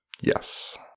Yes